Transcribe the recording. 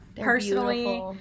personally